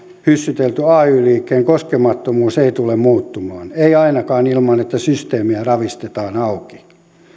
hyssytelty ay liikkeen koskemattomuus ei tule muuttumaan ei ainakaan ilman että systeemiä ravistetaan auki